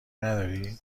نداری